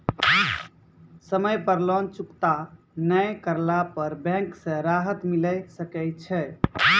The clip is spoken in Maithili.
समय पर लोन चुकता नैय करला पर बैंक से राहत मिले सकय छै?